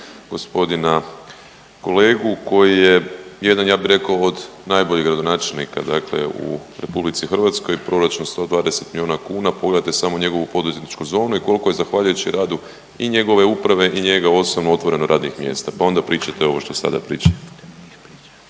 gospodina kolegu koji je jedan ja bi rekao od najboljih gradonačelnika dakle u RH. Proračun 120 miliona kuna, pogledajte samo njegovu poduzetničku zonu i koliko je zahvaljujući radu i njegove uprave i njega osobno otvoreno radnih mjesta, pa onda pričajte ovo što sada pričate.